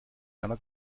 einer